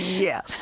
yeah.